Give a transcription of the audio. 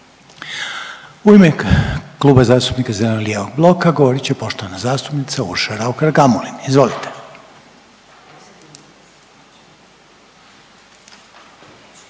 U ime Kluba zastupnika zeleno-lijevog bloka govorit će poštovana zastupnica Urša Raukar Gamulin, izvolite.